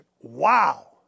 Wow